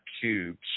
cubes